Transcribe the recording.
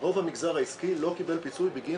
ורוב המגזר העסקי לא קיבל פיצוי בגין